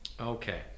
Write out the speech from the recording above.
okay